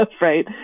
right